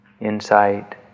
insight